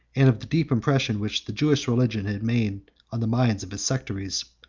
and of the deep impression which the jewish religion had made on the minds of its sectaries.